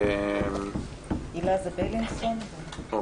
הילה בבילינסון ורביד בבית חולים העמק.